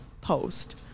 post